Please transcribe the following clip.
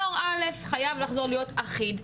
דור א' חייב לחזור להיות אחיד,